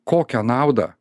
kokią naudą